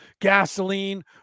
Gasoline